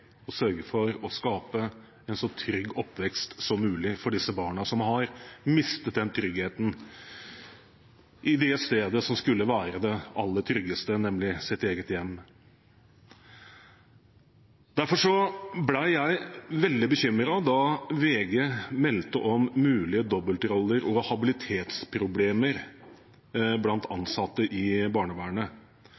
sørge for å skape en så trygg oppvekst som mulig for dem som har mistet den tryggheten i det stedet som skulle være det aller tryggeste, nemlig sitt eget hjem. Derfor ble jeg veldig bekymret da VG meldte om mulige dobbeltroller og habilitetsproblemer blant